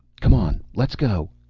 come on. let's go.